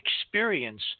experience